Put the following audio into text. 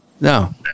no